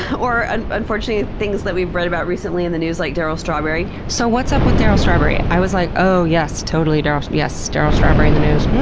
or ah unfortunately things that we've read about recently in the news like daryl strawberry. so what's up with daryl strawberry? i was like, oh, yes, totally, daryl, yes, daryl strawberry in the news.